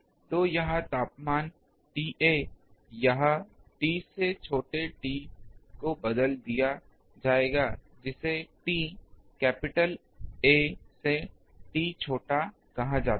तो यह तापमान TA यहाँ T से छोटे T को बदल दिया जाएगा जिसे T कैपिटल A से T छोटा कहा जा सकता है